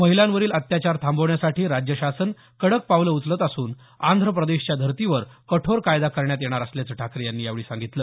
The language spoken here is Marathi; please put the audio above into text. महिलांवरील अत्याचार थांबविण्यासाठी राज्य शासन कडक पावलं उचलत असून आंध्र प्रदेशच्या धर्तीवर कठोर कायदा करण्यात येणार असल्याचं ठाकरे यांनी यावेळी सांगितलं